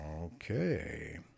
Okay